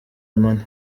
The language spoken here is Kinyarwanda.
money